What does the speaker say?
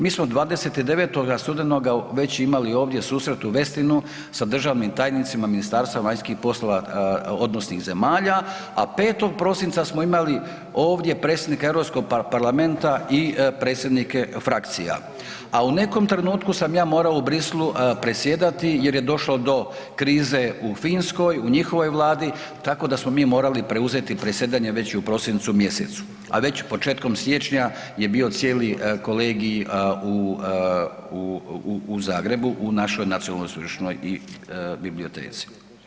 Mi smo 29. studenoga već imali ovdje susret u Westinu sa državnim tajnicima ministarstva vanjskih poslova odnosnih zemalja, a 5. prosinca smo imali ovdje predsjednik Europskog parlamenta i predsjednike frakcija, a u nekom trenutku sam ja morao Bruxellesu predsjedati jer je došlo do krize u Finskoj u njihovoj vladi tako da smo mi morali preuzeti predsjedanje već i u prosincu mjesecu, a već početkom siječnja je bio cijeli kolegij u Zagrebu u našoj Nacionalnoj sveučilišnoj biblioteci.